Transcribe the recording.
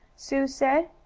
sue said.